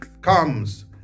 comes